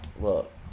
look